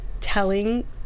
telling